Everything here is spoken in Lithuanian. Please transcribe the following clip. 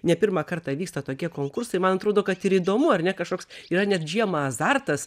ne pirmą kartą vyksta tokie konkursai man atrodo kad ir įdomu ar ne kažkoks yra net žiemą azartas